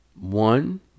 One